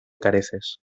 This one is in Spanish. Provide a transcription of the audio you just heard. careces